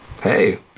Hey